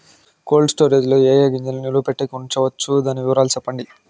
Cold storage లో ఏ ఏ గింజల్ని నిలువ పెట్టేకి ఉంచవచ్చును? దాని వివరాలు సెప్పండి?